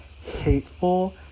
hateful